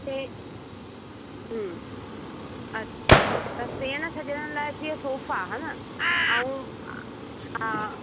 ऐं हम्म अच्छा सेण सॼण लाइ जीअं सोफ़ा हा न अऊं हा